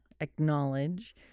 acknowledge